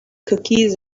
cookies